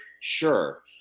sure